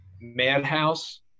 Madhouse